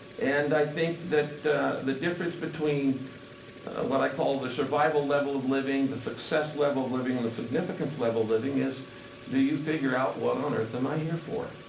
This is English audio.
and i think that the difference between what i call the survival level of living, the success level of living, and the significance level of living is do you figure out, what on earth am i here for?